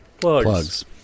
Plugs